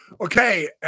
Okay